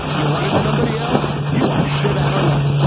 you wanted somebody else you are shit out of luck.